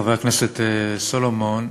חבר הכנסת סולומון,